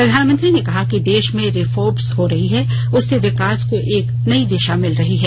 प्रधानमंत्री ने कहा कि देश में रिफोर्म्स हो रही है उससे विकास को एक नई दिशा मिल रही है